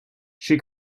she